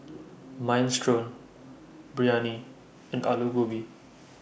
Minestrone Biryani and Alu Gobi